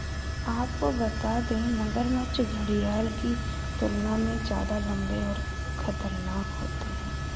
आपको बता दें, मगरमच्छ घड़ियाल की तुलना में ज्यादा लम्बे और खतरनाक होते हैं